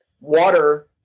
Water